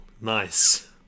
nice